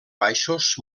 baixos